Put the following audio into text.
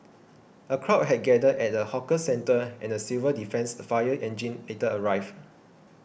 a crowd had gathered at the hawker centre and a civil defence fire engine later arrived